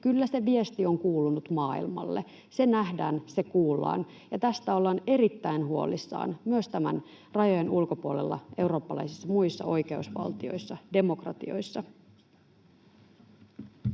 Kyllä se viesti on kuulunut maailmalle. Se nähdään, se kuullaan, ja tästä ollaan erittäin huolissaan myös rajojen ulkopuolella, muissa eurooppalaisissa oikeusvaltioissa, demokratioissa.